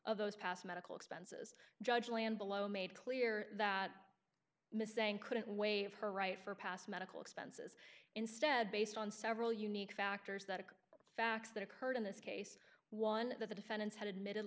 of those past medical expenses judge land below made clear that missing couldn't waived her right for past medical expense instead based on several unique factors that are facts that occurred in this case one of the defendants had admitted